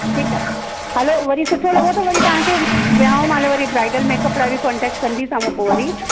ठीकु आहे हलो वरी सुठो लॻो त वरी तव्हांखे वियाह महिल वरी ब्राइडल मेकअप लाइ बि कॉंटेक्ट कंदीसांव पोइ वरी